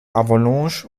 avalanche